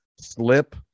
slip